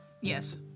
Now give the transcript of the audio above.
Yes